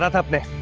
up